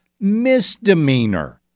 misdemeanor